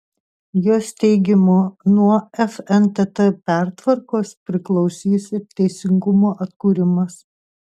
jos teigimu nuo fntt pertvarkos priklausys ir teisingumo atkūrimas